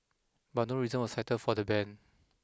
but no reasons were cited for the ban